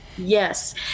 Yes